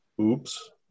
Oops